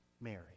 Mary